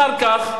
אחר כך,